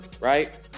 Right